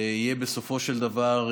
פערים,